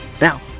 now